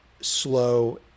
slow